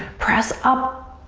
press up,